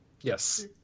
yes